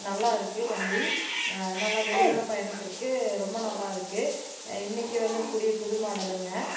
நல்லா இருக்கு வண்டி நல்லா வெகு தூரம் பயணத்திற்கு ரொம்ப நல்லா இருக்கு இன்னைக்கு வந்துருக்கக்கூடிய புது மாடலுங்க